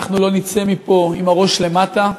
אנחנו לא נצא פה עם הראש למטה.